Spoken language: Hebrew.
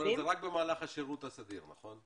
זאת אומרת, זה רק במהלך השירות הסדיר, נכון?